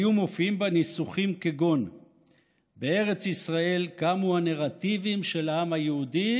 היו מופיעים בה ניסוחים כגון "בארץ ישראל קמו הנרטיבים של העם היהודי